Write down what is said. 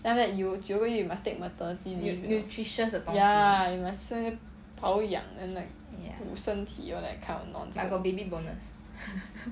then after that you 九个月 you must take maternity leave ya you must shen~ 保养 and like 补身体 all that kind of nonsense